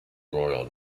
royal